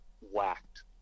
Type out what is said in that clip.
whacked